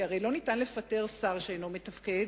כי הרי לא ניתן לפטר שר שאינו מתפקד,